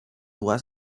was